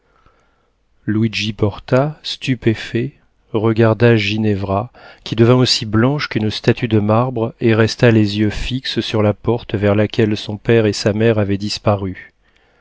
d'horreur luigi porta stupéfait regarda ginevra qui devint aussi blanche qu'une statue de marbre et resta les yeux fixés sur la porte vers laquelle son père et sa mère avaient disparu